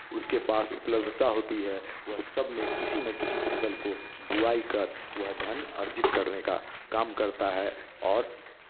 उसके पास उपलब्धता होती है वह सब में किसी न किसी फसल को बुवाई कर वह धन अर्जित करने का काम करता है और